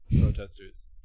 protesters